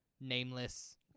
nameless